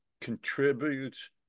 contributes